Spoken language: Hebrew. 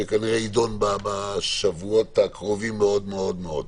שכנראה תידון בשבועות הקרובים מאוד מאוד מאוד.